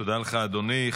תודה לך, אדוני.